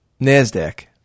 NASDAQ